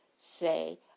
say